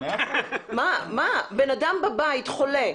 בן אדם בבית, חולה.